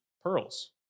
pearls